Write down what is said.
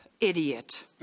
idiot